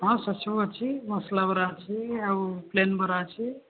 ହଁ ଶଶୁ ଅଛି ମସଲାବରା ଅଛି ଆଉ ପ୍ଲେନ୍ ବରା ଅଛି